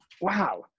Wow